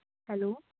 hello